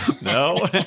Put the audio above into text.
No